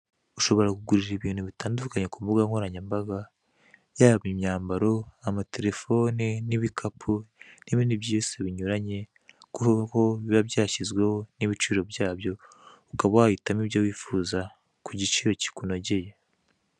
Ushobora kugurira ibintu bitandukanye ku imbuga nkoranyambaga, yaba imyambaro, amaterefone, n'ibikapu n'ibindi byinshi binyuranye, kubera ko biba byashyizweho n'igiciro cyabyoaho, ukaba wahitamo ibyo wifuza ku igiciro kikunogeye.